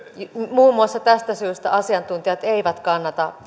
muun muassa tästä syystä asiantuntijat eivät kannata